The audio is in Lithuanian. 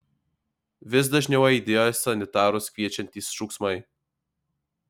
vis dažniau aidėjo sanitarus kviečiantys šūksmai